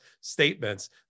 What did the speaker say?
statements